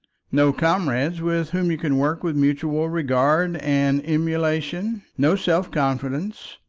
no comrades with whom you can work with mutual regard and emulation, no self-confidence,